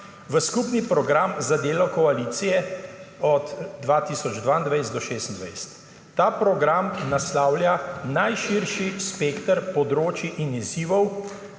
v skupni program za delo koalicije od 2022 do 2026. Ta program naslavlja najširši spekter področij in izzivov